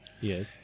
yes